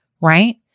right